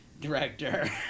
director